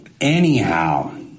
Anyhow